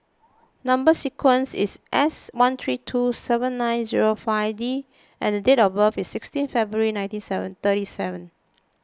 Number Sequence is S one three two seven nine zero five D and date of birth is sixteen February ninety seven thirty seven